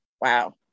Wow